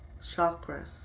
chakras